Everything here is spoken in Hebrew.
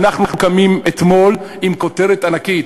ואנחנו קמים אתמול עם כותרת ענקית.